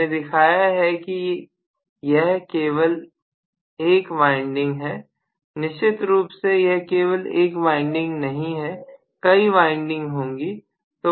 मैंने दिखाया है कि यह केवल 1 वाइंडिंग है निश्चित रूप से यह केवल एक वाइंडिंग नहीं है कई वाइंडिंग होंगे